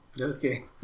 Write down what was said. Okay